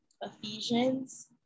Ephesians